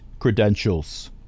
credentials